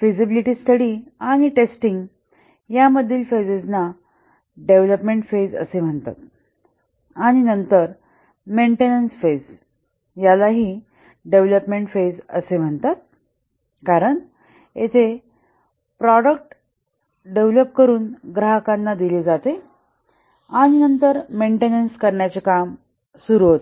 feasibility study आणि testing यामधील फेजेजना डेव्हलोपमेंट फेज असे म्हणतात आणि नंतर मेन्टेनन्स फेज याला ही डेव्हलोपमेंट फेज असे म्हणतात कारण येथे प्रॉडक्ट डेव्हलप करून ग्राहकाला दिले जाते आणि त्यानंतर मेन्टेनन्स करण्याचे काम सुरू होते